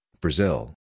Brazil